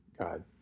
God